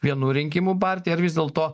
vienų rinkimų partija ar vis dėlto